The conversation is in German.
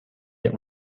der